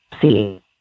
See